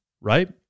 right